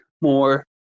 more